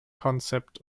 concept